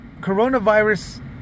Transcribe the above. coronavirus